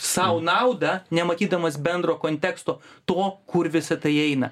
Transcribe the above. sau naudą nematydamas bendro konteksto to kur visa tai eina